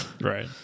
Right